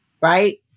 right